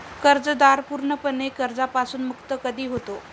कर्जदार पूर्णपणे कर्जापासून मुक्त कधी होतो?